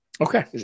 Okay